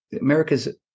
America's –